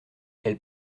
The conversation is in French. elle